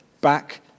back